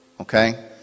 Okay